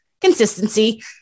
consistency